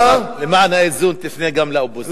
השר, למען האיזון תפנה גם לאופוזיציה.